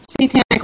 satanic